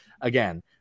again